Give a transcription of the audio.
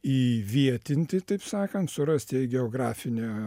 įvietinti taip sakant surast jai geografinę